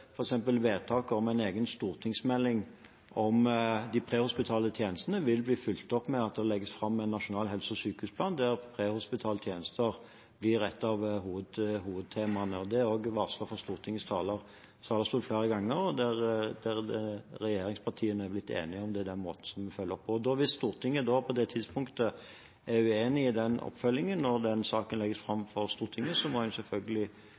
vedtaket om en egen stortingsmelding om de prehospitale tjenestene vil bli fulgt opp ved at det legges fram en nasjonal helse- og sykehusplan der prehospitale tjenester blir et av hovedtemaene. Det er også varslet fra Stortingets talerstol flere ganger, og der er regjeringspartiene blitt enige om at det er den måten vi følger opp på. Hvis Stortinget på det tidspunktet den saken legges fram for Stortinget, er uenig i den oppfølgingen,